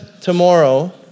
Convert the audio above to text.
tomorrow